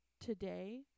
today